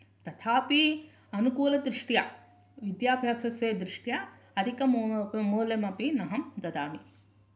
तथापि अनुकुलदृष्ट्या विद्याभ्यासस्य दृष्ट्या अधिकमुल्यम् अपि अहं ददामि